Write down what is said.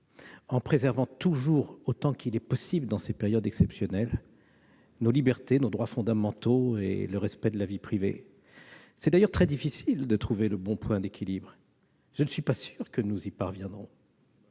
en préservant toujours, autant qu'il est possible dans cette période exceptionnelle, nos libertés, nos droits fondamentaux et la vie privée. Il est d'ailleurs très difficile de trouver le bon point d'équilibre, et je ne suis pas sûr que nous y parviendrons.